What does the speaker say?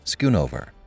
Schoonover